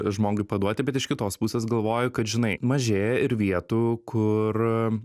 žmogui paduoti bet iš kitos pusės galvoju kad žinai mažėja ir vietų kur